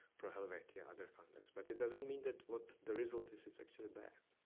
prabhavati, other funders. but it doesn't mean that what the result is, is actually bad.